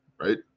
right